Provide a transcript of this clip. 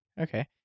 Okay